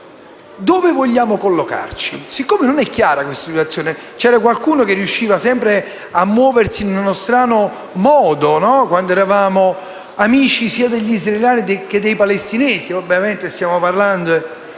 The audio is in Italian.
Dove vogliamo collocarci? Non è chiaro. C'è stato qualcuno che in passato riusciva sempre a muoversi in uno strano modo, quando eravamo amici sia degli israeliani che dei palestinesi: ovviamente stiamo parlando